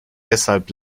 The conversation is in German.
deshalb